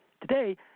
Today